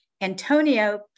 Antonio